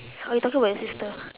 oh you talking about your sister